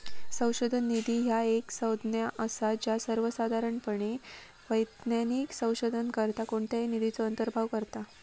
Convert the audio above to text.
संशोधन निधी ह्या एक संज्ञा असा ज्या सर्वोसाधारणपणे वैज्ञानिक संशोधनाकरता कोणत्याही निधीचो अंतर्भाव करता